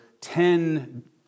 ten